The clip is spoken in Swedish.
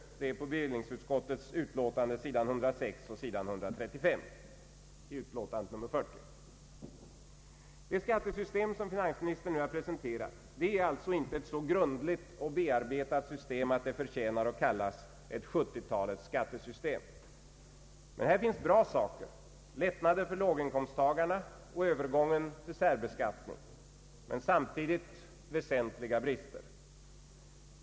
Detta framgår av bevillningsutskottets utlåtande nr 40 sidorna 106 och 135. Det skattesystem som finansministern nu har presenterat är alltså inte ett så grundligt och bearbetat system att det förtjänar att kallas ett ”70-talets skattesystem”. Men här finns bra saker — lättnader för låginkomsttagarna och övergången till särbeskattning — men samtidigt väsentliga brister.